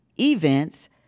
events